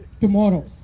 tomorrow